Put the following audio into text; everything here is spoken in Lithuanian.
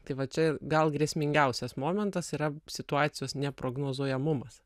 tai va čia gal grėsmingiausias momentas yra situacijos neprognozuojamumas